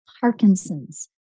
Parkinson's